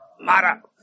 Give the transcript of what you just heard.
Mara